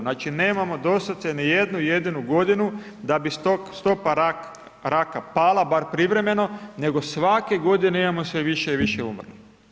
Znači nemamo doslovce ni jednu jedinu godinu da bi stopa raka pala barem privremeno, nego svake godine imamo sve više i više umrlih.